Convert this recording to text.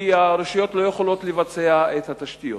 כי הרשויות לא יכולות לבצע את התשתיות.